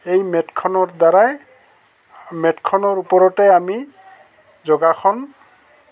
এই মেটখনৰ দ্বাৰাই মেটখনৰ ওপৰতে আমি যোগাসন